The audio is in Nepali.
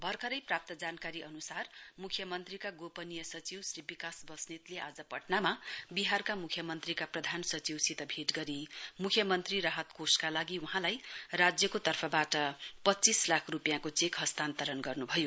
भर्खरै प्राप्त जानकारी अनुसार मुख्यम्नत्रीका गोपनीय सचिव श्री विकास बस्नेतले आज पटनामा मुख्यमन्त्री कार्यालयका प्रधानसचिवसित भेट गरी मुख्यमन्त्री राहत कोषका लागि वहाँलाई राज्यको तर्फबाट पञ्चीस लाख रूपियाँको चेक हस्तान्तरण गर्नु भयो